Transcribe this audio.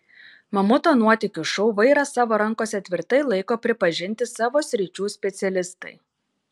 mamuto nuotykių šou vairą savo rankose tvirtai laiko pripažinti savo sričių specialistai